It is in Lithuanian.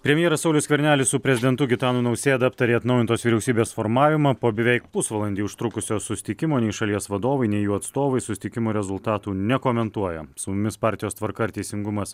premjeras saulius skvernelis su prezidentu gitanu nausėda aptarė atnaujintos vyriausybės formavimą po beveik pusvalandį užtrukusio susitikimo nei šalies vadovai nei jų atstovai susitikimo rezultatų nekomentuoja su mumis partijos tvarka ir teisingumas